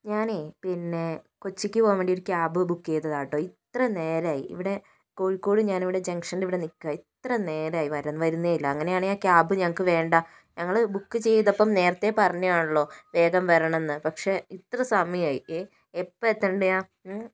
ഞാനേ പിന്നെ കൊച്ചിക്ക് പോകാൻ വേണ്ടി ഒരു ക്യാബ് ബുക്ക് ചെയ്തതാട്ടോ ഇത്ര നേരമായി ഇവിടെ കോഴിക്കോട് ഞാനിവിടെ ജംഗ്ഷനിൽ ഇവിടെ നിൽക്കുന്നത് ഇത്ര നേരമായി വരും വരുന്നേയില്ല അങ്ങനെയാണെങ്കി ആ ക്യാബ് ഞങ്ങൾക്ക് വേണ്ട ഞങ്ങള് ബുക്ക് ചെയ്തപ്പം നേരത്തെ പറഞ്ഞതാണല്ലോ വേഗം വരണമെന്ന് പക്ഷേ ഇത്ര സമയമായി എ എപ്പ എത്തേണ്ടതാണ്